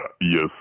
Yes